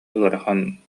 ыарахан